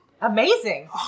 amazing